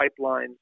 pipelines